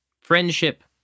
friendship